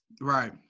Right